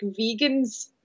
vegans